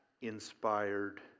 inspired